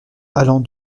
allant